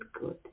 good